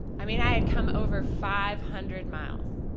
i mean i had come over five hundred miles.